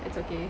it's okay